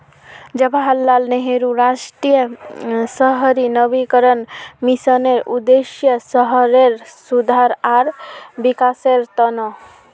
जवाहरलाल नेहरू राष्ट्रीय शहरी नवीकरण मिशनेर उद्देश्य शहरेर सुधार आर विकासेर त न